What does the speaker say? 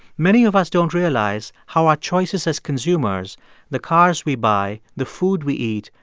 many of us don't realize how our choices as consumers the cars we buy, the food we eat,